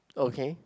okay